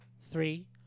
three